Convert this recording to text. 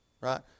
Right